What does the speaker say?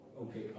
okay